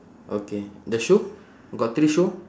okay the shoe got three shoe